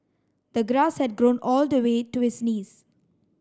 the grass had grown all the way to his knees